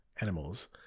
animals